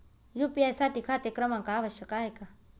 UPI साठी खाते क्रमांक आवश्यक आहे का?